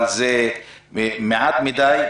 אבל זה מעט מדי,